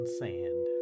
sand